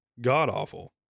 god-awful